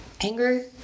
anger